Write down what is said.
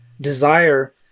desire